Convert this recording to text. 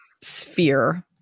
sphere